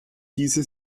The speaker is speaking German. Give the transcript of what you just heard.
diese